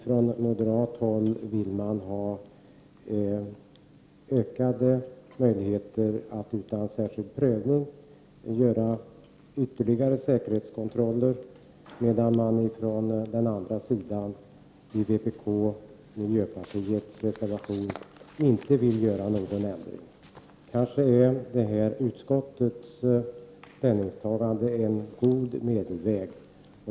Från moderat håll vill man ha ökade möjligheter att utan särskild prövning göra ytterligare säkerhetskontroller, medan man från den andra sidan i vpk:s och miljöpartiets reservation inte vill göra någon ändring. Kanske är utskottets ställningstagande en god medelväg.